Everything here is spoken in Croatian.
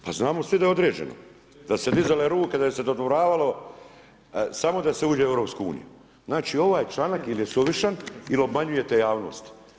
Pa znamo svi da je određeno, da su se dizale ruke, da se dodvoravalo, samo da se uđe u EU, ovaj članak ili je suvišan ili obmanjujete javnost.